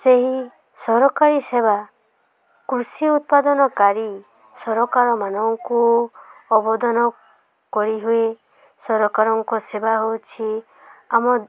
ସେହି ସରକାରୀ ସେବା କୃଷି ଉତ୍ପାଦନକାରୀ ସରକାରମାନଙ୍କୁ ଅବଦାନ କରିହୁୁଏ ସରକାରଙ୍କ ସେବା ହେଉଛି ଆମ